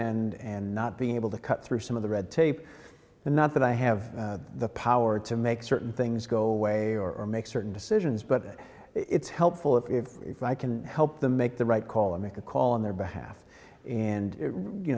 end not being able to cut through some of the red tape and not that i have the power to make certain things go away or make certain decisions but it's helpful if i can help them make the right call and make a call on their behalf and you